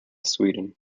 sweden